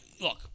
look